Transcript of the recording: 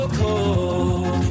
cold